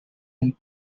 del